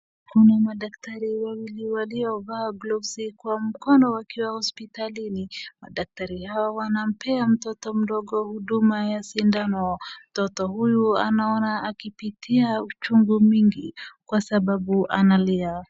Kuna madaktari wawili waliovaa gloves kwa mkono wakiwa hospitalini. Madaktari hawa wanampea mtoto mdogo huduma ya sindano. Mtoto huyu anaona akipitia uchungu mingi kwa sababu analia.